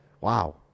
Wow